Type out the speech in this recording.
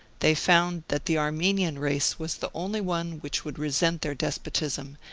they found that the armenian race was the only one which would resent their despotism,